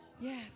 yes